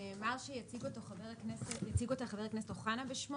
נאמר שיציג אותה חבר הכנסת אוחנה בשמו?